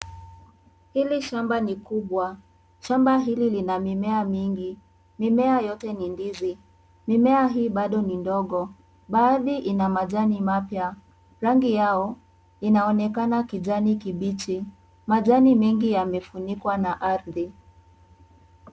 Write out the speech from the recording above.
Hili shamba ni kubwa, shamba hili lina mimea mingi, mimea yote ni ndizi, mimea hii bado ni ndogo, baadhi ina majani mapya, rangi yao inaonekana kijani kibichi, majani mengi yamefukiwa na ardhi.